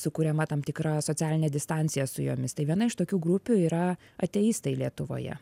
sukuriama tam tikra socialinė distancija su jomis tai viena iš tokių grupių yra ateistai lietuvoje